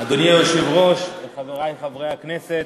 אדוני היושב-ראש, חברי חברי הכנסת,